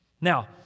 now